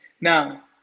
Now